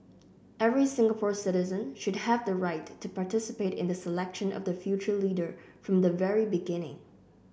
every Singapore citizen should have the right to participate in the selection of their future leader from the very beginning